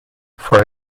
for